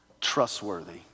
trustworthy